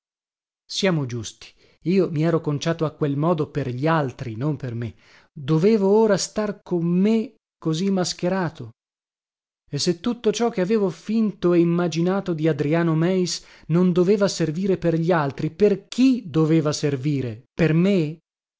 siamo giusti io mi ero conciato a quel modo per gli altri non per me dovevo ora star con me così mascherato e se tutto ciò che avevo finto e immaginato di adriano meis non doveva servire per gli altri per chi doveva servire per me